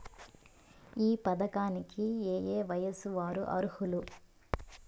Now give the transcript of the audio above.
ఈ పథకానికి ఏయే వయస్సు వారు అర్హులు?